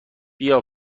بیا